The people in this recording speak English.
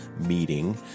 meeting